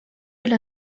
elle